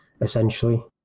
essentially